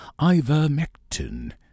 Ivermectin